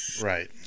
Right